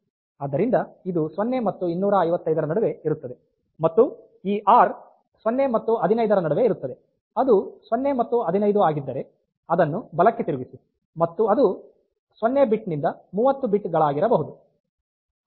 ಆದ್ದರಿಂದ ಇದು 0 ಮತ್ತು 255 ರ ನಡುವೆ ಇರುತ್ತದೆ ಮತ್ತು ಈ r 0 ಮತ್ತು 15 ರ ನಡುವೆ ಇರುತ್ತದೆ ಅದು 0 ಮತ್ತು 15 ಆಗಿದ್ದರೆ ಅದನ್ನು ಬಲಕ್ಕೆ ತಿರುಗಿಸಿ ಮತ್ತು ಅದು 0 ಬಿಟ್ ನಿಂದ 30 ಬಿಟ್ ಗಳಾಗಿರಬಹುದು